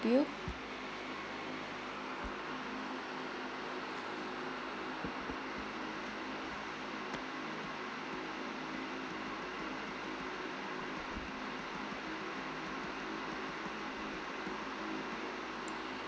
you